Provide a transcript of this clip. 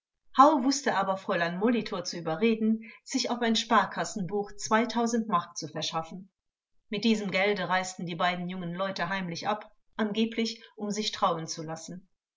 wußte aber fräulein molitor zu überreden sich auf ein sparkassenbuch zweitausend mark zu verschaffen mit diesem gelde reisten die beiden jungen leute heimlich ab angeblich um sich trauen zu lassen